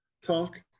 talk